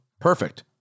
Perfect